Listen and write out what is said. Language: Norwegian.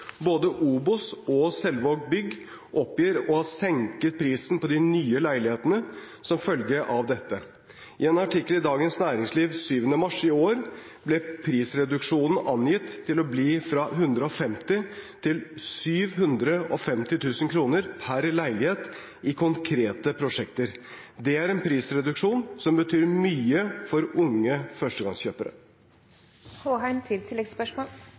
Både OBOS og Selvaag Bolig oppgir å ha senket prisen på de nye leilighetene som følge av dette. I en artikkel i Dagens Næringsliv 7. mars i år ble prisreduksjonen angitt til å bli fra 150 000 kr til 750 000 kr per leilighet i konkrete prosjekter. Det er en prisreduksjon som betyr mye for unge